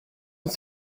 uns